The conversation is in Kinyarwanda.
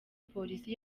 polisi